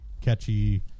catchy